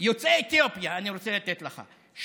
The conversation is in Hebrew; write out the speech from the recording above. יוצאי אתיופיה אני רוצה לתת לך,